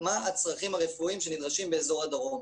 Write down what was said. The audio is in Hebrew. מה הצרכים הרפואיים שנדרשים באזור הדרום.